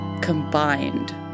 combined